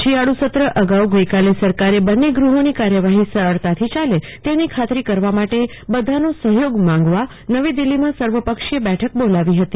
શિયાળુ સત્ર અગાઉ ગઈકાલે સરકારે બંને ગૃહોની કાર્યવાહી સરળતાથી ચાલુ તેની ખાતરી કરવા માટે બધાનો સહયોગ માંગવા નવી દિલ્હીમાં સર્વપક્ષીય બેઠક બોલાવી હતી